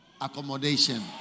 accommodation